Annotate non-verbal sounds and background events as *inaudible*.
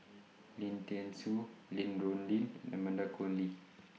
Lim Thean Soo Lin Rulin and Amanda Koe Lee *noise*